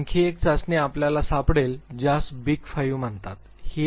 आणखी एक चाचणी आपल्याला सापडेल ज्यास बिग 5 म्हणतात